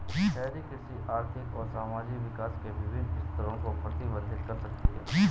शहरी कृषि आर्थिक और सामाजिक विकास के विभिन्न स्तरों को प्रतिबिंबित कर सकती है